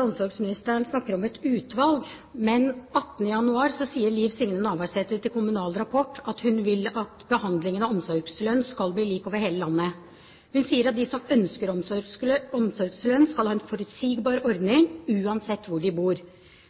og omsorgsministeren snakker om et utvalg, men 18. januar sier Liv Signe Navarsete til Kommunal Rapport at hun vil at behandlingen av omsorgslønn skal bli lik over hele landet. Hun sier at de som ønsker omsorgslønn, skal ha en forutsigbar ordning uansett hvor de bor,